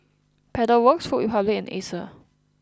Pedal Works Food Republic and Acer